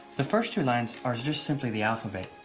the first two lines are just simply the alphabet.